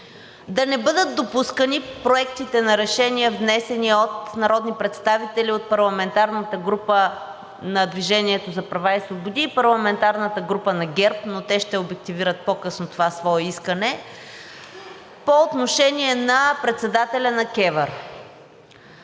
да не бъдат допускани проектите на решения, внесени от народни представители от парламентарната група на „Движение за права и свободи“ и парламентарната група на ГЕРБ, но те ще обективират по-късно това свое искане, по отношение на председателя на КЕВР.